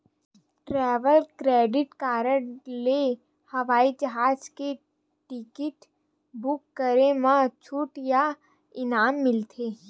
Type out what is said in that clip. travel credit card ले हवई जहाज के टिकट बूक करे म छूट या इनाम मिलथे